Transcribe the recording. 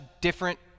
different